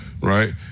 right